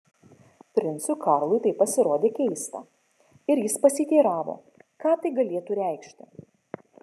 princui karlui tas pasirodė keista ir jis pasiteiravo ką tai galėtų reikšti